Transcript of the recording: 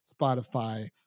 Spotify